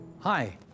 Hi